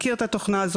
תחקיר.